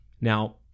Now